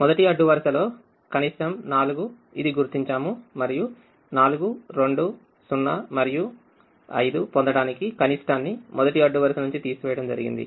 మొదటి అడ్డు వరుసలోకనిష్టం 4 ఇది గుర్తించాము మరియు 4 2 0 మరియు 5 పొందడానికి కనిష్టాన్ని మొదటి అడ్డు వరుస నుంచి తీసివేయడం జరిగింది